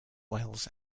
wales